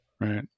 Right